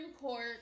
Court